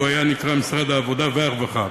הוא היה נקרא משרד העבודה והרווחה,